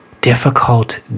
difficult